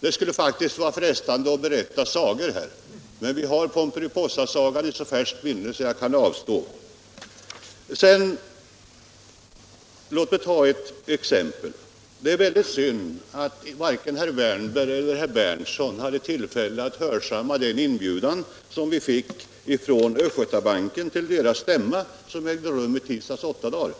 Det skulle faktiskt vara frestande att berätta sagor här, men vi har Pomperipossasagan i så färskt minne att jag kan avstå. Låt mig ta ett exempel! Det är synd att varken herr Wärnberg eller herr Berndtson hade tillfälle att hörsamma den inbjudan som vi fick till Östgötabankens stämma i tisdags i förra veckan.